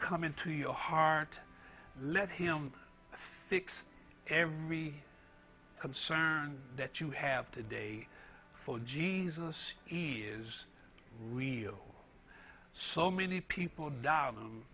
come into your heart let him fix every concern that you have to day for jesus is real so many people die